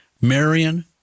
Marion